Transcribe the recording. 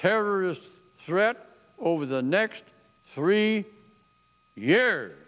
terrorist threat over the next three years